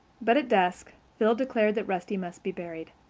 but at dusk phil declared that rusty must be buried.